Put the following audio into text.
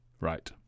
Right